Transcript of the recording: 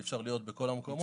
אי אפשר להיות בכל המקומות.